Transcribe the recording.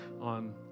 on